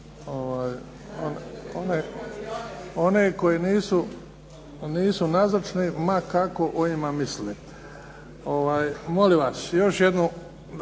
one koji nisu nazočni, ma kako o njima mislili. Molim vas, još jednu